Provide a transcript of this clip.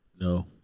No